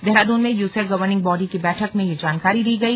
देहरादून में USAC governing body की बैठक में ये जानकारी दी गई